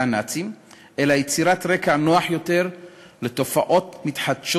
הנאצים אלא יצירת רקע נוח יותר לתופעות מתחדשות